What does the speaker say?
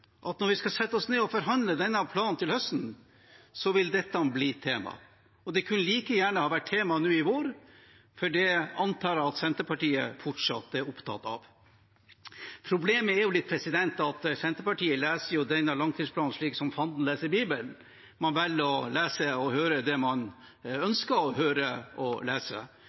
at når vi skal sette oss ned og forhandle denne planen til høsten, vil dette bli et tema, og det kunne like gjerne ha vært et tema nå i vår, for det antar jeg at Senterpartiet fortsatt er opptatt av. Litt av problemet er at Senterpartiet leser denne langtidsplanen slik som fanden leser Bibelen – man velger å lese og høre det man ønsker å høre og lese.